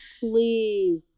Please